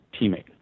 teammate